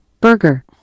Burger